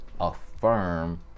Affirm